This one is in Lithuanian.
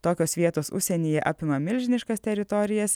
tokios vietos užsienyje apima milžiniškas teritorijas